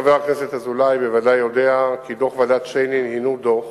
חבר הכנסת אזולאי בוודאי יודע כי דוח ועדת-שיינין הינו דוח